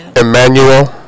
Emmanuel